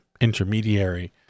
intermediary